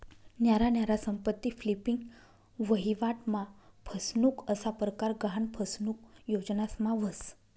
न्यारा न्यारा संपत्ती फ्लिपिंग, वहिवाट मा फसनुक असा परकार गहान फसनुक योजनास मा व्हस